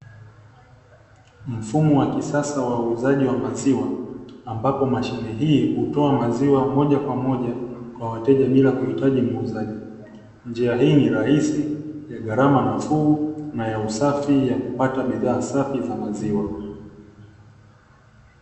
Mfumo wa kisasa wa uuzaji wa maziwa, ambapo mashine hii hutoa maziwa moja kwa moja kwa wateja bila kuhitaji muuzaji. Njia hii ni rahisi, ya gharama nafuu, na ya usafi ya kupata bidhaa safi za maziwa.